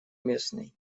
местный